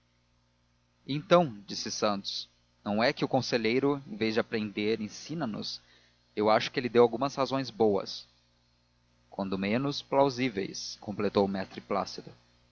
então disse santos não é que o conselheiro em vez de aprender ensina nos eu acho que ele deu algumas razões boas quando menos plausíveis completou mestre plácido